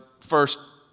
first